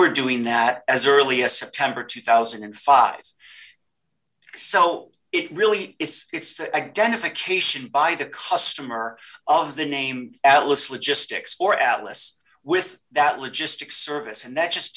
were doing that as early as september two thousand and five so it really it's the identification by the customer of the name atlas logistics or atlas with that logistics service and that just